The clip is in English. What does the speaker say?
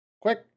quick